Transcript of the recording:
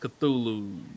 Cthulhu